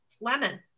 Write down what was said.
lemon